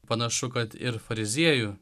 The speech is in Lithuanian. panašu kad ir fariziejų